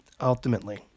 ultimately